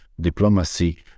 Diplomacy